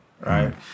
right